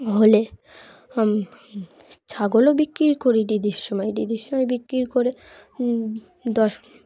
হলে ছাগলও বিক্রি করি দিদির সময় দিদির সময় বিক্রি করে দশ